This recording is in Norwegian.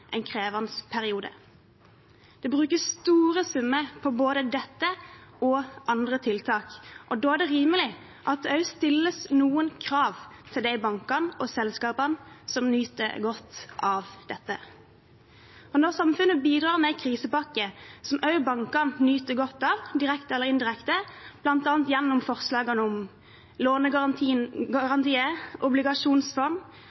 en krevende periode. Det brukes store summer på både dette og andre tiltak, og da er det rimelig at det også stilles noen krav til de bankene og selskapene som nyter godt av dette. For når samfunnet bidrar med en krisepakke som også bankene nyter godt av, direkte eller indirekte, bl.a. gjennom forslagene om